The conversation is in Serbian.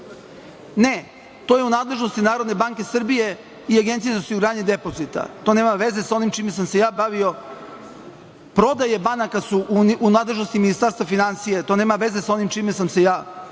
Ne, to je u nadležnosti Narodne banke Srbije i Agencije za osiguranje depozita. To nema veze sa onim čime sam se bavio, prodaje banaka su u nadležnosti Ministarstva finansija. To nema veze sa onim čime sam se bavio.